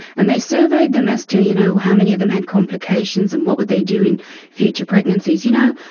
and they surveyed them as to, you know, how many of them had complications and what would they do in future pregnancies. you know,